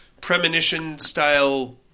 premonition-style